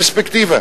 פרספקטיבה.